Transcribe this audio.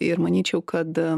ir manyčiau kad